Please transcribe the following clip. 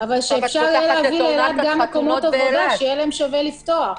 אבל שאפשר יהיה להביא לאילת גם מקומות עבודה שיהיה להם שווה לפתוח.